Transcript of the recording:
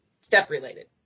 Step-related